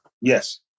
Yes